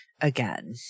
again